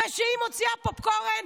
וכשהיא מוציא פופקורן,